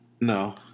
No